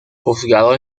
juzgado